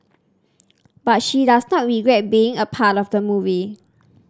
but she does not regret being a part of the movie